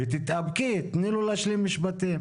ותתאפקי, תני לו להשלים משפטים.